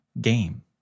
game